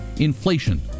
Inflation